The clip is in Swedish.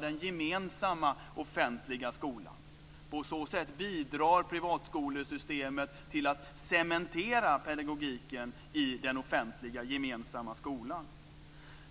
den gemensamma offentliga skolan omformas. På så sätt bidrar privatskolesystemet till att cementera pedagogiken i den offentliga gemensamma skolan.